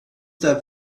der